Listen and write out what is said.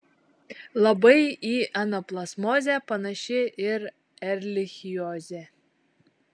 labai į anaplazmozę panaši ir erlichiozė